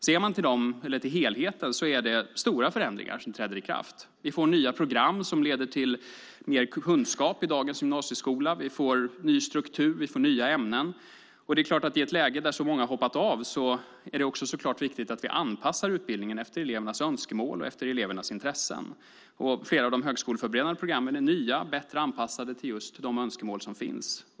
Ser man till helheten är det stora förändringar som träder i kraft. Vi får nya program som leder till mer kunskap i dagens gymnasieskola. Vi får ny struktur och nya ämnen. I ett läge där så många hoppat av är det viktigt att vi anpassar utbildningen efter elevernas önskemål och intressen. Flera av de högskoleförberedande programmen är nya och bättre anpassade till de önskemål som finns.